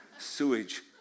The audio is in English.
sewage